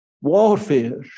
warfare